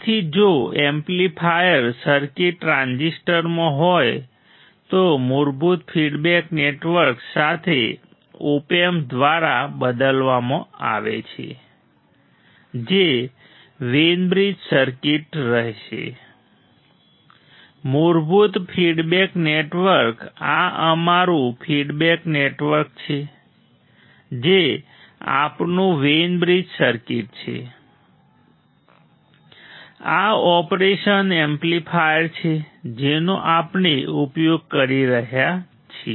તેથી જો amplifier circuit ટ્રાન્ઝિસ્ટરમાં હોય તો મૂળભૂત ફીડબેક નેટવર્ક્સ સાથે ઓપ એમ્પ દ્વારા બદલવામાં આવે છે જે વેઈન બ્રિજ સર્કિટ રહે છે મૂળભૂત ફીડબેક નેટવર્ક આ અમારું ફીડબેક નેટવર્ક છે જે આપણું વેઈન બ્રિજ સર્કિટ છે આ ઓપરેશન એમ્પ્લીફાયર છે જેનો આપણે ઉપયોગ કરી રહ્યા છીએ